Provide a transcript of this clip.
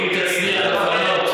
אם תצליח לפנות,